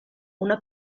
una